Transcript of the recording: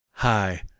Hi